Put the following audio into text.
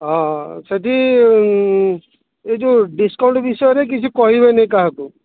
ହଁ ସେଠି ଏ ଯେଉଁ ଡିସ୍କାଉଣ୍ଟ ବିଷୟରେ କିଛି କହିବେନି କାହାକୁ